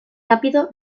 rápido